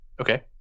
Okay